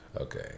Okay